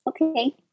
Okay